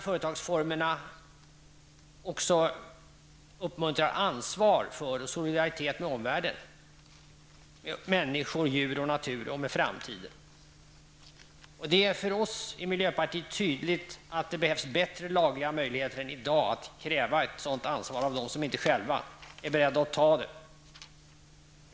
Företagsformerna bör också uppmuntra till ansvar och solidaritet med omvärlden -- med avseende på människor, djur, natur och framtid. För oss i miljöpartiet står det klart att det behövs bättre lagliga möjligheter än i dag att kräva ansvar av dem som inte själva är beredda att ta ett sådant.